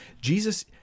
Jesus